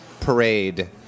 parade